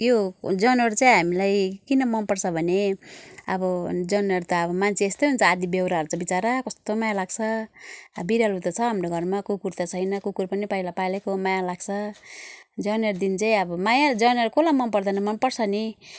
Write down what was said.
यो जनावर चाहिँ हामीलाई किन मन पर्छ भने अब जनावर त अब मान्छे जस्तै हुन्छ आधा बेहोराहरू चाहिँ बिचरा कस्तो माया लाग्छ बिरालो त छ हाम्रो घरमा कुकुर त छैन कुकुर पनि पहिला पालेको हो माया लाग्छ जनावरदेखिन् चाहिँ अब माया जनावर कसलाई मन पर्दैन मन पर्छ नि